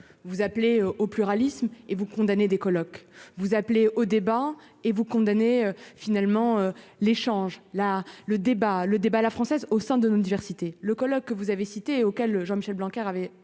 Vous appelez au pluralisme et vous condamnez des colloques vous appelez au débat et vous condamnez finalement l'échange là le débat, le débat à la française au sein de notre diversité, le colloque que vous avez cité auquel Jean-Michel Blanquer avait.